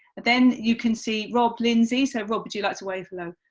then you can see rob lindsay, so rob, would you like to wave hello?